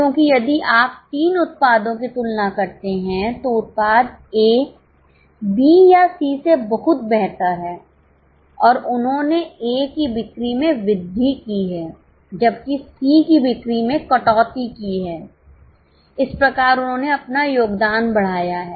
क्योंकि यदि आप तीन उत्पादों की तुलना करते हैं तो उत्पाद A B या C से बहुत बेहतर है और उन्होंने A की बिक्री में वृद्धि की है जबकि C की बिक्री में कटौती की है इस प्रकार उन्होंने अपना योगदान बढ़ाया है